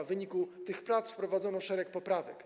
W wyniku tych prac wprowadzono szereg poprawek.